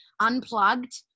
unplugged